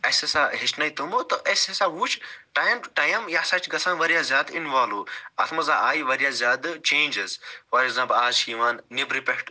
اسہِ ہسا ہیٚچھنٲی تِمو تہٕ اسہِ ہسا وُچھ ٹایم ٹُو ٹایم یہِ ہسا چھُ گژھان واریاہ زیادٕ انوالو اَتھ منٛز آیہِ واریاہ زیادٕ چینٛجِز فار ایٚگزامپٕل آز چھِ یِوان نیٚبرٕ پٮ۪ٹھ